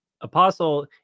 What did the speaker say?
apostle